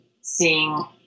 seeing